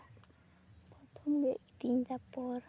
ᱯᱚᱨᱛᱷᱚᱢ ᱜᱮᱫ ᱠᱤᱫᱤᱧ ᱛᱟᱯᱚᱨ